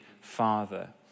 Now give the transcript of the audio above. Father